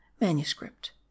manuscript